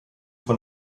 von